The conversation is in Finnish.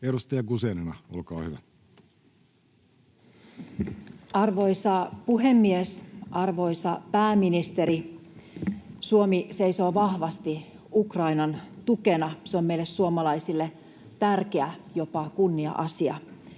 sd) Time: 16:01 Content: Arvoisa puhemies! Arvoisa pääministeri! Suomi seisoo vahvasti Ukrainan tukena. Se on meille suomalaisille tärkeää, jopa kunnia-asia.